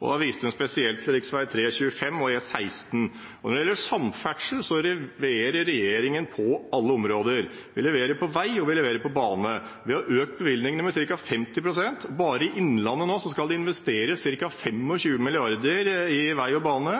Da viste hun spesielt til rv. 3, rv. 25 og E16. Når det gjelder samferdsel, leverer regjeringen på alle områder. Vi leverer på vei, og vi leverer på bane. Vi har økt bevilgningene med ca. 50 pst. Bare i Innlandet skal det nå investeres ca. 25 mrd. kr i vei og bane,